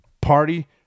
Party